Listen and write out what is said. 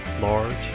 large